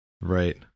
Right